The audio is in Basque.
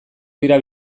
dira